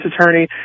attorney